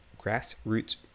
grassroots